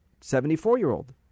74-year-old